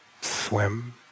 Swim